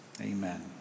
Amen